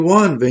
one